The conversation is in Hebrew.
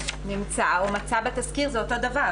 נמצא או מצא בתסקיר זה אותו דבר,